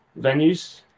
venues